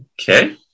Okay